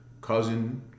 cousin